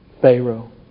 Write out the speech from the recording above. Pharaoh